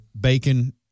Bacon